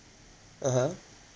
(uh huh)